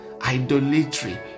idolatry